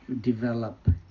develop